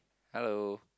hello